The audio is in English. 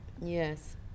Yes